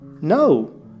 No